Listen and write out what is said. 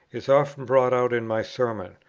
is often brought out in my sermons.